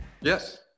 yes